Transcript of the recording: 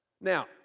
Now